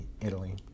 Italy